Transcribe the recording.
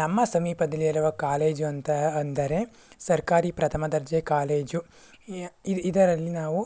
ನಮ್ಮ ಸಮೀಪದಲ್ಲಿರುವ ಕಾಲೇಜ್ ಅಂತ ಅಂದರೆ ಸರ್ಕಾರಿ ಪ್ರಥಮ ದರ್ಜೆ ಕಾಲೇಜ್ ಇದರಲ್ಲಿ ನಾವು